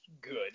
good